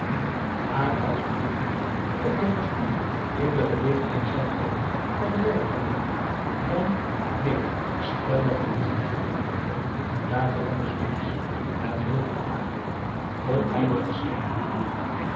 maar als u bedoelt of hij door studie in de gelegenheid zal komen carrière te maken dan neen stellig niet daar verlande's jongens het heel goed maakten vond hij het verschrikkelijk